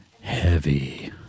heavy